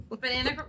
Banana